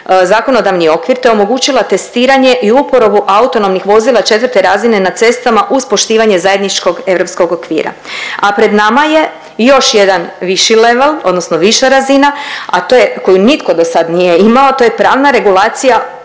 zakonodavni okvir, te omogućila testiranje i uporabu autonomnih vozila 4. razine na cestama uz poštivanje zajedničkog europskog okvira, a pred nama je još jedan viši level odnosno viša razina, a to je, koju nitko dosad nije imao, a to je pravna regulacija